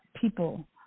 people